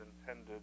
intended